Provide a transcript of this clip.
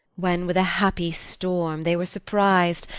when with a happy storm they were surpris'd,